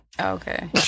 Okay